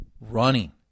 running